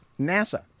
NASA